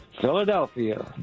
Philadelphia